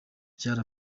byari